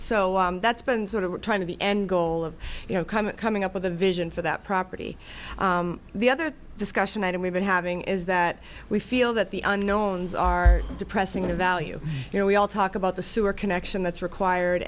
so that's been sort of we're trying to the end goal of you know coming up with a vision for that property the other discussion and we've been having is that we feel that the unknowns are depressing the value you know we all talk about the sewer connection that's required